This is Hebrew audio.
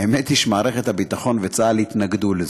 האמת היא שמערכת הביטחון וצה"ל התנגדו לזה.